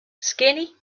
skinny